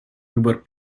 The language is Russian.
выбор